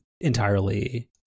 entirely